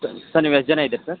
ಸ ಸರ್ ನೀವು ಎಷ್ಟು ಜನ ಇದ್ದೀರ ಸರ್